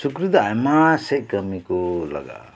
ᱥᱩᱠᱨᱤ ᱫᱚ ᱟᱭᱢᱟ ᱥᱮᱫ ᱠᱟᱹᱢᱤ ᱠᱚ ᱞᱟᱜᱟᱜᱼᱟ